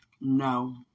no